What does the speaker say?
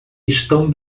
estão